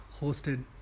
hosted